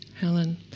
Helen